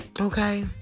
Okay